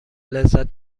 لذت